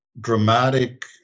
dramatic